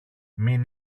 μην